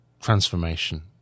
transformation